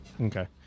Okay